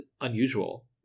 unusual